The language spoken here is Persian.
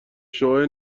شعاع